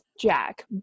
Jack